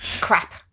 crap